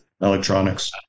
Electronics